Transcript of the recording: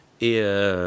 Et